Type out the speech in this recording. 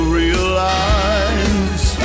realize